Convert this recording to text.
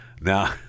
Now